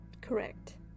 Correct